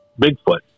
Bigfoot